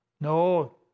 No